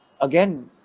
again